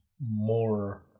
more